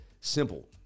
simple